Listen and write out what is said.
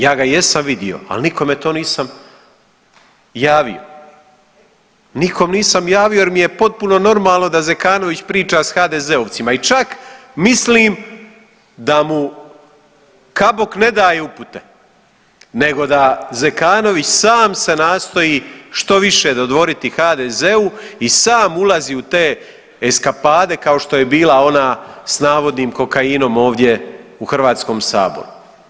Ja ga jesam vidio, al nikome to nisam javio, nikom nisam javio jer mi je potpuno normalno da Zekanović priča s HDZ-ovcima i čak mislim da mu Kabok ne daje upute nego da Zekanović sam se nastoji što više dodvoriti HDZ-u i sam ulazi u te eskapade kao što je bila ona sa navodnim kokainom ovdje u Hrvatskom saboru.